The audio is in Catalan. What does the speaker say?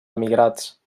emigrats